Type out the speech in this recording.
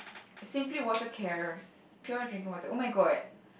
simply water cares pure drinking water oh-my-god